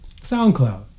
SoundCloud